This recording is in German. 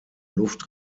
luft